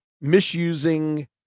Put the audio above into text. misusing